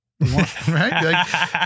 Right